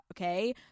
okay